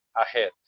ahead